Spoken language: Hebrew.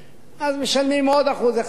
אז משלמים עוד 1%,